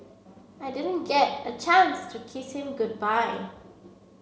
I didn't get a chance to kiss him goodbye